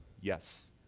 Yes